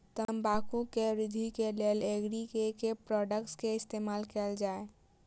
तम्बाकू केँ वृद्धि केँ लेल एग्री केँ के प्रोडक्ट केँ इस्तेमाल कैल जाय?